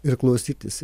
ir klausytis